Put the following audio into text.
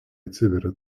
atsiveria